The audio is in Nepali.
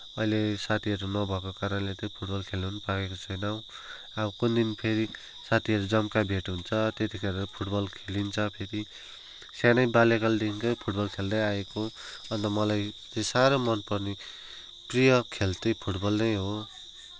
अहिले साथीहरू नभएको कारणले त्यो फुटबल खेल्न पनि पाएका छैनौँ अब कुन दिन फेरि साथीहरू जम्काभेट हुन्छ त्यतिखेर फुटबल खेलिन्छ फेरि सानै बाल्यकालदेखिकै फुटबल खेल्दैआएको अन्त मलाई चाहिँ साह्रो मनपर्ने प्रिय खेल त्यही फुटबल नै हो